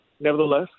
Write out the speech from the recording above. Nevertheless